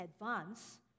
advance